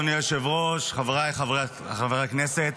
אדוני היושב-ראש, חבריי חברי הכנסת,